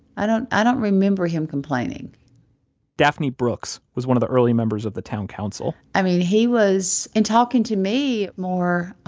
i don't i don't remember him complaining daphne brooks was one of the early members of the town council i mean he was in talking to me more